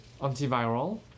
antiviral